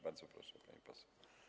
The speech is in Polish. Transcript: Bardzo proszę, pani poseł.